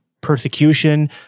persecution